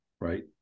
right